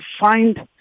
find